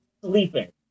sleeping